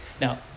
Now